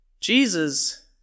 Jesus